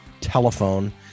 telephone